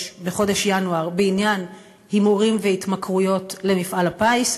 ינואר בעניין הימורים והתמכרויות למפעל הפיס,